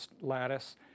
lattice